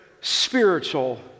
spiritual